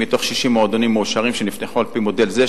מתוך 60 מועדונים מועשרים שנפתחו על-פי מודל זה,